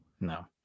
No